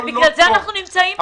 בגלל זה אנחנו נמצאים פה.